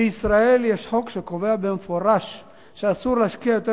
בישראל יש חוק שקובע במפורש שאסור להשקיע יותר